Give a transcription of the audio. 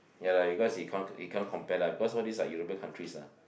ya lah because you can't you can't compare lah because all these are European countries ah